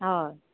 हय